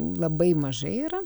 labai mažai yra